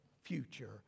future